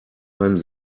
einen